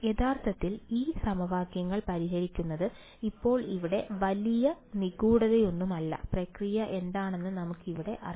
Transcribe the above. യഥാർത്ഥത്തിൽ ഈ സമവാക്യങ്ങൾ പരിഹരിക്കുന്നത് ഇപ്പോൾ ഇവിടെ വലിയ നിഗൂഢതയൊന്നുമില്ല പ്രക്രിയ എന്താണെന്ന് നമുക്ക് ഇതിനകം അറിയാം